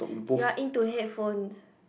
you are into headphones